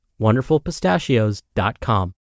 wonderfulpistachios.com